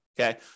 okay